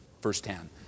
firsthand